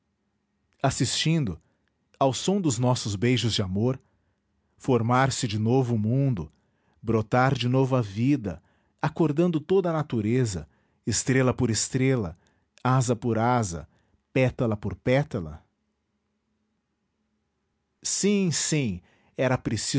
assistindo ao som dos nossos beijos de amor formar-se de novo o mundo brotar de novo a vida acordando toda a natureza estrela por estrela asa por asa pétala por pétala sim sim era